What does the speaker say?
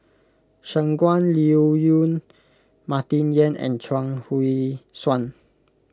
Shangguan Liuyun Martin Yan and Chuang Hui Tsuan